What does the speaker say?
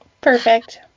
Perfect